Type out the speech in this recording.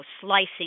slicing